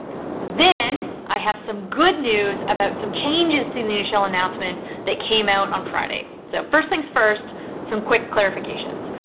then, i have some good news about some changes to the initial announcement that came out on friday. so first things first some quick clarifications.